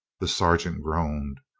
the sergeant groaned.